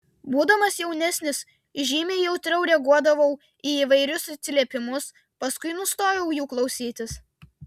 būdamas jaunesnis žymiai jautriau reaguodavau į įvairius atsiliepimus paskui nustojau jų klausytis